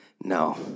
No